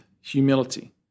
humility